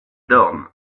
dorn